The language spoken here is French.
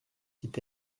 dit